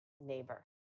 neighbor